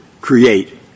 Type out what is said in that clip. create